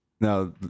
now